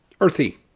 earthy